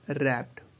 Wrapped